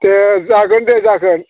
दे जागोन दे जागोन